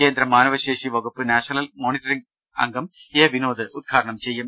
കേന്ദ്രമാനവ ശേഷിവകുപ്പ് national monitoring അംഗം A Vinod ഉദ്ഘാടനം ചെയ്യും